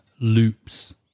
Loops